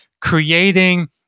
creating